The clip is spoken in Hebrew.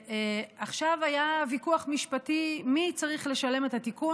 היה ויכוח משפטי מי צריך לשלם את התיקון.